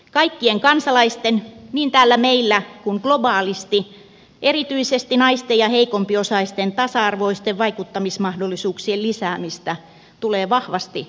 kaikkien kansalaisten niin täällä meillä kuin globaalisti erityisesti naisten ja heikompiosaisten tasa arvoisten vaikuttamismahdollisuuksien lisäämistä tulee vahvasti vahvistaa